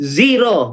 zero